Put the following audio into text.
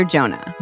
Jonah